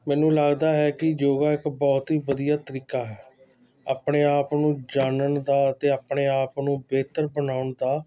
ਮੈਨੂੰ ਲੱਗਦਾ ਹੈ ਕਿ ਯੋਗਾ ਇੱਕ ਬਹੁਤ ਹੀ ਵਧੀਆ ਤਰੀਕਾ ਹੈ ਆਪਣੇ ਆਪ ਨੂੰ ਜਾਣਨ ਦਾ ਅਤੇ ਆਪਣੇ ਆਪ ਨੂੰ ਬਿਹਤਰ ਬਣਾਉਣ ਦਾ